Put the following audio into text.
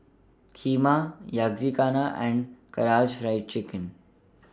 Kheema Yakizakana and Karaage Fried Chicken